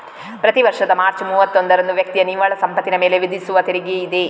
ಪ್ರತಿ ವರ್ಷದ ಮಾರ್ಚ್ ಮೂವತ್ತೊಂದರಂದು ವ್ಯಕ್ತಿಯ ನಿವ್ವಳ ಸಂಪತ್ತಿನ ಮೇಲೆ ವಿಧಿಸುವ ತೆರಿಗೆಯಿದೆ